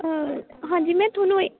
ਹਾਂਜੀ ਮੈਂ ਤੁਹਾਨੂੰ